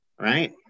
right